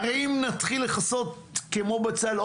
הרי אם נתחיל לכסות כמו בצל,